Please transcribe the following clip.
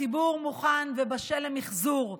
הציבור מוכן ובשל למחזור.